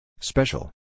Special